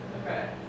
Okay